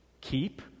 keep